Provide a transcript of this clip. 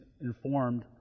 informed